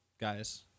guys